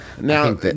Now